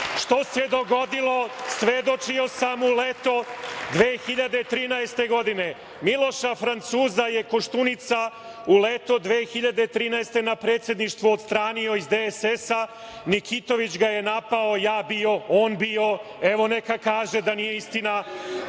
što se dogodili. Svedočio sam u leto 2013. godine. Miloša „Francuza“ je Koštunica u leto 2013. godine na predsedništvu odstranio iz DSS-a, Nikitović ga je napao, ja bio, on bio. Evo, neka kaže da nije istina.